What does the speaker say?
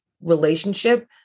relationship